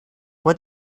what